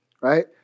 right